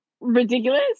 ridiculous